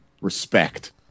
respect